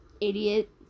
Idiot